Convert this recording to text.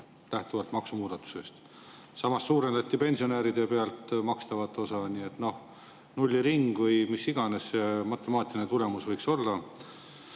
lähtuvalt maksumuudatusest. Samas suurendati pensionäride pealt makstavat osa. Nii et nulliring või mis iganes see matemaatiline tulemus on.